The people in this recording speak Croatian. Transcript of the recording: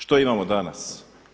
Što imamo danas?